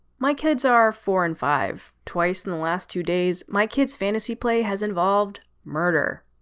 my kids are four and five. twice in the last two days, my kids fantasy play has involved murder.